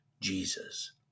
Jesus